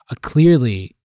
clearly